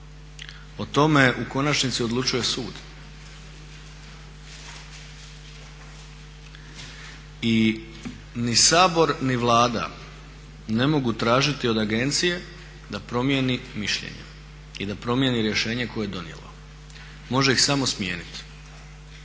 o tome u konačnici odlučuje sud. I ni Sabor ni Vlada ne mogu tražiti od agencije da promijeni mišljenje i da promijeni rješenje koje je donijelo. Može ih samo smijeniti.